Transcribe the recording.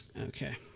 Okay